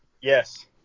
Yes